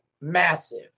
massive